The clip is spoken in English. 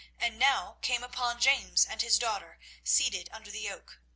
and now came upon james and his daughter seated under the oak.